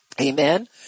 Amen